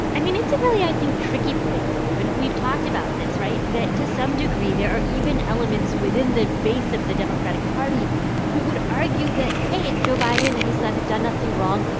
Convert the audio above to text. i mean, it's a really, i think, tricky political move. and we've talked about this, right? that, to some degree, there are even elements within the base of the democratic party who would argue that, hey, if joe biden and his son have done nothing wrong,